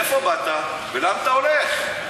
מאיפה באת ולאן אתה הולך.